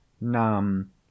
Nam